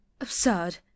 absurd